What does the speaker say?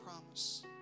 promise